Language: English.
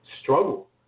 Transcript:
struggle